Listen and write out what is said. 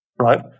right